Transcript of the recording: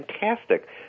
fantastic